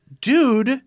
dude